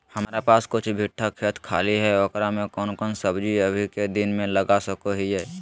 हमारा पास कुछ बिठा खेत खाली है ओकरा में कौन कौन सब्जी अभी के दिन में लगा सको हियय?